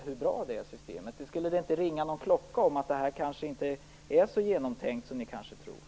Borde det inte då ringa någon klocka om att det här kanske inte är så genomtänkt som ni trodde?